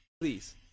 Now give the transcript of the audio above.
Please